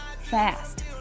fast